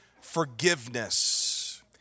forgiveness